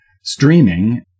streaming